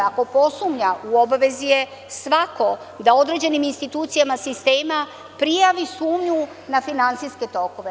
Ako posumnja, u obavezi je svako da određenim institucijama sistema prijavi sumnju na finansijske tokove.